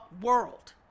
world